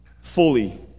fully